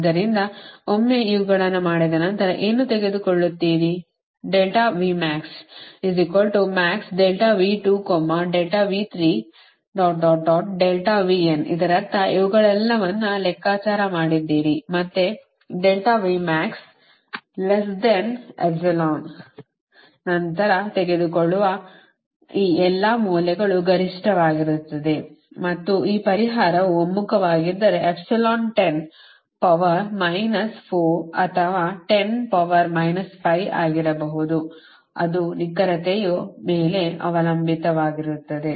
ಆದ್ದರಿಂದ ಒಮ್ಮೆ ಇವುಗಳನ್ನು ಮಾಡಿದ ನಂತರ ಏನು ತೆಗೆದುಕೊಳ್ಳುತ್ತೀರಿ ಇದರರ್ಥ ಇವುಗಳೆಲ್ಲವನ್ನೂ ಲೆಕ್ಕಾಚಾರ ಮಾಡಿದ್ದೀರಿ ಮತ್ತು ನಂತರ ತೆಗೆದುಕೊಳ್ಳುವ ಈ ಎಲ್ಲಾ ಮೌಲ್ಯಗಳು ಗರಿಷ್ಠವಾಗಿರುತ್ತವೆ ಮತ್ತು ಈ ಪರಿಹಾರವು ಒಮ್ಮುಖವಾಗಿದ್ದರೆ ಎಪ್ಸಿಲಾನ್ 10 ಪವರ್ ಮೈನಸ್ 4 ಅಥವಾ 10 ಪವರ್ ಮೈನಸ್ 5 ಆಗಿರಬಹುದು ಅದು ನಿಖರತೆಯ ಮೇಲೆ ಅವಲಂಬಿತವಾಗಿರುತ್ತದೆ